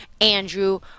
Andrew